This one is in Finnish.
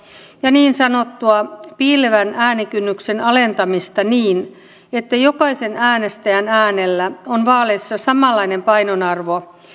ja niin sanottua piilevän äänikynnyksen alentamista niin että jokaisen äänestäjän äänellä on vaaleissa samanlainen painoarvo